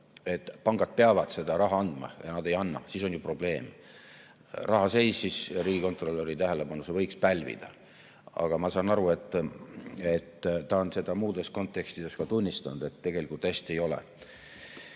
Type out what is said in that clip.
et pangad peavad seda raha andma, ja nad ei anna, siis on ju probleem. Raha seisis – riigikontrolöri tähelepanu see võiks pälvida. Aga ma saan aru, et ta on seda muudes kontekstides tunnistanud, et tegelikult hästi ei ole.